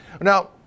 Now